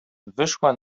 wyszła